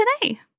today